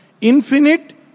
Infinite